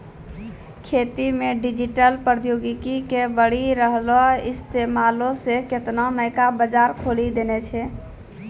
खेती मे डिजिटल प्रौद्योगिकी के बढ़ि रहलो इस्तेमालो से केतना नयका बजार खोलि देने छै